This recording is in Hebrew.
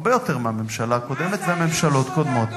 הרבה יותר מהממשלה הקודמת וממשלות קודמות.